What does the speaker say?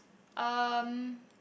um